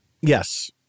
Yes